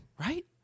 right